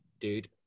dude